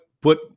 put